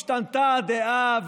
השתנתה הדעה.